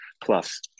plus